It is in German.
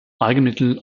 eigenmittel